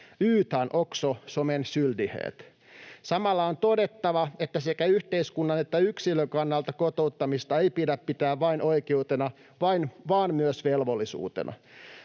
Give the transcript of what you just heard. utan också som en skyldighet. Samalla on todettava, että sekä yhteiskunnan että yksilön kannalta kotouttamista ei pidä pitää vain oikeutena, vaan myös velvollisuutena.